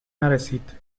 نرسید